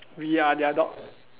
we are their dog